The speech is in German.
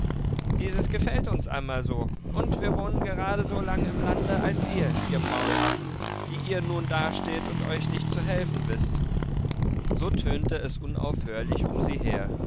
dieses gefällt uns einmal so und wir wohnen gerade so lang im lande als ihr ihr maulaffen die ihr nun dasteht und euch nicht zu helfen wißt so tönte es unaufhörlich um sie her